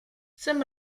jsem